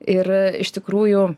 ir iš tikrųjų